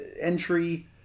entry